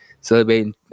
celebrating